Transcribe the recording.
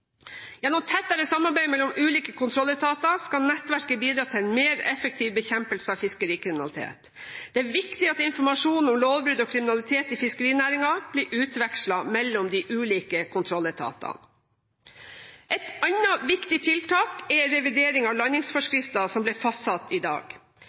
Gjennom tettere samarbeid mellom ulike kontrolletater skal nettverket bidra til en mer effektiv bekjempelse av fiskerikriminalitet. Det er viktig at informasjon om lovbrudd og kriminalitet i fiskerinæringen blir utvekslet mellom de ulike kontrolletatene. Et annet viktig tiltak er revidering av landingsforskriften, som ble fastsatt i dag.